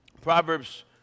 proverbs